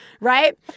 Right